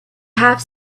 have